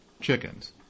chickens